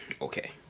Okay